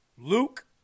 Luke